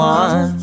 one